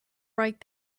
right